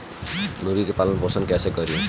मुर्गी के पालन पोषण कैसे करी?